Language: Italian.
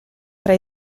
tra